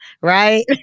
right